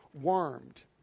warmed